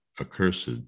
accursed